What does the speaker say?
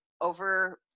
over